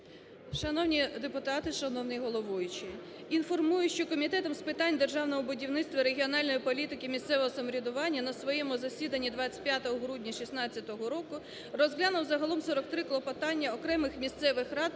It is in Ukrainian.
Шановні депутати, шановний головуючий! Інформую, що Комітет з питань державного будівництва, регіональної політики місцевого самоврядування на своєму засіданні 25 грудні 2016 року розглянув загалом 43 клопотання окремих місцевих рад